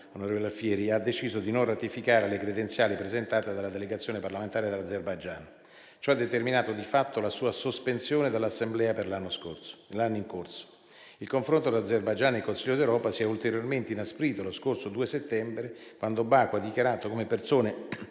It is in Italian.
ha deciso di non ratificare le credenziali presentate dalla delegazione parlamentare dell'Azerbaigian. Ciò ha determinato di fatto la sua sospensione dall'Assemblea per l'anno in corso. Il confronto tra Azerbaigian e Consiglio d'Europa si è ulteriormente inasprito lo scorso 2 settembre, quando Baku ha dichiarato come persone